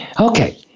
Okay